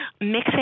mixing